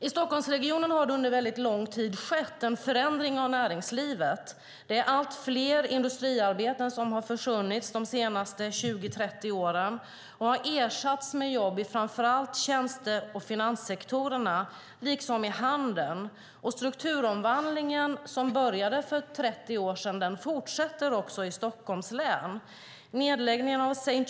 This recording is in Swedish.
I Stockholmsregionen har det under mycket lång tid skett en förändring av näringslivet. Det är allt fler industriarbeten som har försvunnit de senaste 20-30 åren. De har ersatts med jobb i framför allt tjänste och finanssektorerna liksom i handeln. Den strukturomvandling som började för 30 år sedan fortsätter också i Stockholms län. Nedläggningen av St.